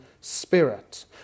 spirit